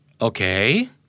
Okay